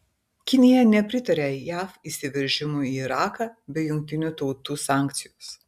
kinija nepritarė jav įsiveržimui į iraką be jungtinių tautų sankcijos